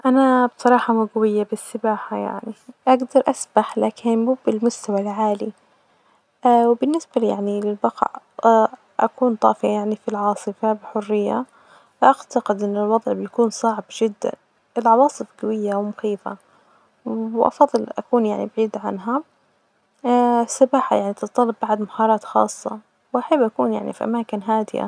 أنا بصراحة مو جوية بالسباحة يعني.أجدر أسبح لكن مو بالمستوي العالي، وبالنسبة يعني أكون طافية يعني في العاصفة بحرية، أعتقد إن الوظع بيكون صعب جدا ،العواصف جوية ومخيفة وأفظل إني أكون يعني بعيد عنها. السباحة يعني تتطلب بعد مهارات خاصة وأحب أكون يعني في أماكن هادية.